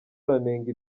aranenga